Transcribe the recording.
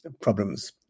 problems